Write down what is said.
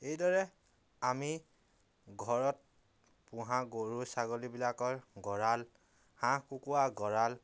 এইদৰে আমি ঘৰত পোহা গৰু ছাগলীবিলাকৰ গঁৰাল হাঁহ কুকুৰা গঁৰাল